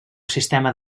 sistema